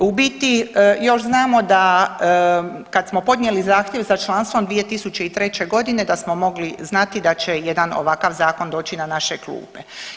U biti još znamo kad smo podnijeli zahtjev za članstvom 2003.g. da smo mogli znati da će jedan ovakav zakon doći na naše klupe.